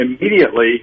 immediately